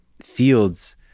fields